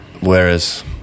Whereas